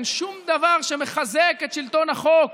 אין שום דבר שמחזק את שלטון החוק,